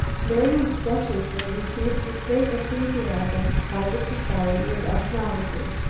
marian's sketches were received with great enthusiasm by the society of ethnology.